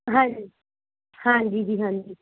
ਹਾਂਜੀ ਹਾਂਜੀ ਜੀ ਹਾਂਜੀ